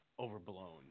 overblown